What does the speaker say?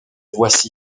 voici